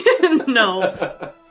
No